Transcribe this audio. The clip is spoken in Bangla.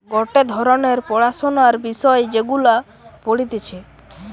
গটে ধরণের পড়াশোনার বিষয় যেগুলা পড়তিছে